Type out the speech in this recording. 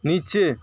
নীচে